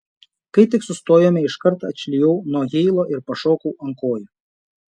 kai tik sustojome iškart atšlijau nuo heilo ir pašokau ant kojų